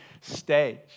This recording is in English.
stage